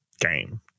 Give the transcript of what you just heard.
game